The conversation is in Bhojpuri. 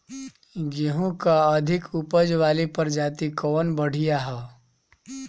गेहूँ क अधिक ऊपज वाली प्रजाति कवन बढ़ियां ह?